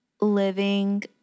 living